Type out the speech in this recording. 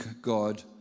God